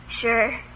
Sure